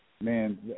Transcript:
Man